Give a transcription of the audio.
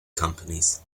companies